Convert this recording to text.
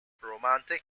romantic